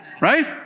Right